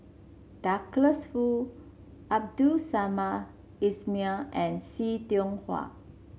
Douglas Foo Abdul Samad Ismail and See Tiong Wah